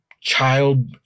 child